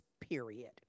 period